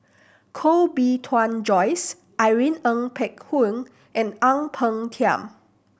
Koh Bee Tuan Joyce Irene Ng Phek Hoong and Ang Peng Tiam